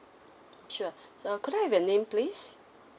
sure so could I have your name please